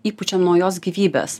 įpučiam naujos gyvybės